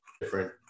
different